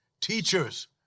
teachers